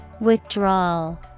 Withdrawal